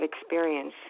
experience